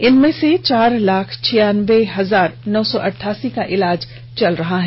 इनमें से चार लाख छियानबे हजार नौ सौ अटठासी का इलाज चल रहा है